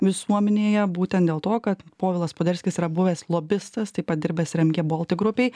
visuomenėje būtent dėl to kad povilas poderskis yra buvęs lobistas taip pat dirbęs ir mg baltic grupei